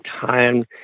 time